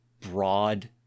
broad